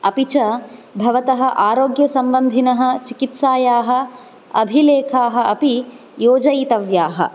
अपि च भवतः आरोग्यसम्बन्धिनः चिकित्सायाः अभिलेखाः अपि योजयितव्याः